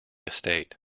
estate